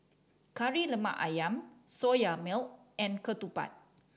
Kari Lemak Ayam Soya Milk and ketupat